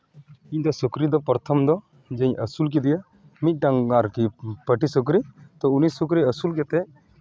ᱤᱧᱫᱚ ᱥᱩᱠᱨᱤ ᱫᱚ ᱯᱨᱚᱛᱷᱚᱢ ᱫᱚ ᱡᱮᱧ ᱟᱹᱥᱩᱞ ᱠᱮᱫᱮᱭᱟ ᱢᱤᱫᱴᱟᱝ ᱟᱨᱠᱤ ᱯᱟᱹᱴᱷᱤ ᱥᱩᱠᱨᱤ ᱛᱳ ᱩᱱᱤ ᱥᱩᱠᱨᱤ ᱟᱹᱥᱩᱞ ᱠᱟᱛᱮᱫ